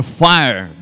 fire